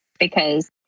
Because-